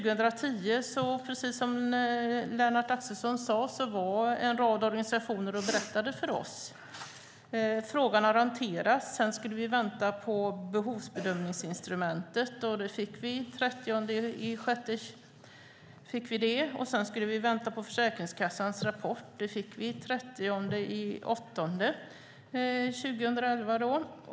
År 2010 var det, precis som Lennart Axelsson sade, en rad organisationer som berättade för oss. Frågan har hanterats. Sedan skulle vi vänta på behovsbedömningsinstrumentet. Den 30 juni fick vi det. Sedan skulle vi vänta på Försäkringskassans rapport. Den fick vi den 30 augusti 2011.